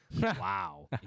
Wow